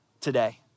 today